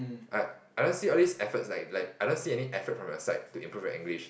I I don't see all this efforts like like I don't see any effort from your side to improve your English